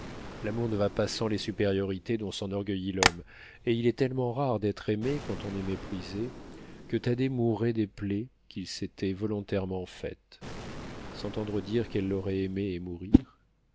l'amour ne va pas sans les supériorités dont s'enorgueillit l'homme et il est tellement rare d'être aimé quand on est méprisé que thaddée mourait des plaies qu'il s'était volontairement faites s'entendre dire qu'elle l'aurait aimé et mourir